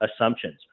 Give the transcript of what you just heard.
assumptions